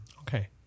Okay